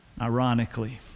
Ironically